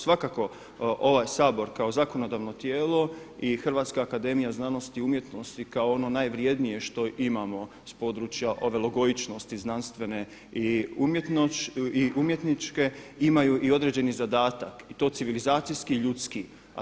Svakako ovaj Sabor kao zakonodavno tijelo i Hrvatska akademija znanosti i umjetnosti kao ono najvrjednije što imamo s područja ove logoičnosti znanstvene i umjetničke, imaju i određeni zadatak i to civilizacijski, ljudski.